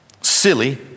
silly